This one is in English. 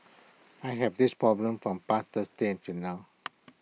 I have this problem from past Thursday until now